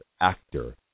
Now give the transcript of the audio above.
actor